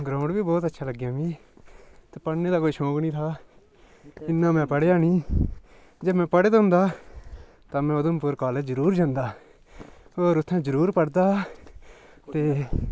ground बी बोह्त अच्छा लग्गेआ मिगी ते पढ़ने दा कोई शौंक नेईं था इन्ना में पढ़ेआ नेईं जे में पढ़े दा होंदा तां में उधमपुर कालेज जरूर जंदा होर उत्थै जरूर पढ़दा ते